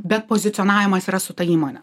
bet pozicionavimas yra su ta įmone